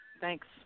Thanks